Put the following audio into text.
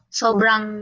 sobrang